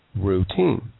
Routine